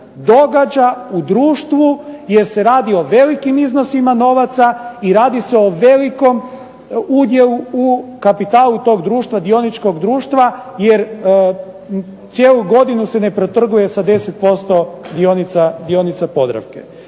događa u društvu, jer se radi o velikim iznosima novaca i radi se o velikom udjelu u kapital tog društva, dioničkog društva, jer cijelu godinu se ne protrguje sa 10% dionica Podravke.